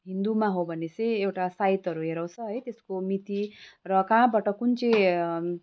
हिन्दूमा हो भनेपछि एउटा साइतहरू हेराउँछ है त्यसको मिति र कहाँबाट कुन चाहिँ